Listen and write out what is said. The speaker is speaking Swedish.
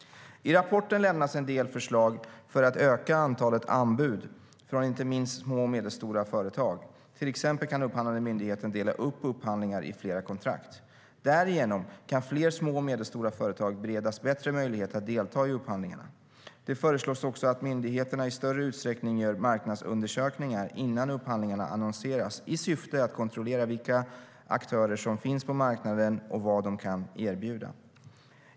I rapporten lämnas en del förslag för att öka antalet anbud från inte minst små och medelstora företag. Till exempel kan upphandlande myndigheter dela upp upphandlingar i flera kontrakt. Därigenom kan fler små och medelstora företag beredas bättre möjlighet att delta i upphandlingarna. Det föreslås också att myndigheterna i större utsträckning gör marknadsundersökningar innan upphandlingarna annonseras i syfte att kontrollera vilka aktörer som finns på marknaden och vad de kan erbjuda.